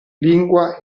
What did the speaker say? lingua